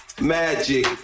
Magic